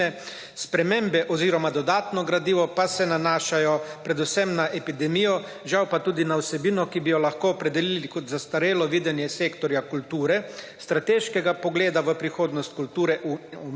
spremembe oziroma dodatno gradivo pa se nanašajo predvsem na epidemijo, žal pa tudi na vsebino, ki bi jo lahko opredelili kot zastarelo videnje sektorja kulture, strateškega pogleda v prihodnost kulture v